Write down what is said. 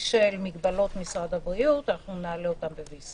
בשל מגבלות משרד הבריאות, אנחנו נעלה אותם ב-VC